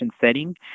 setting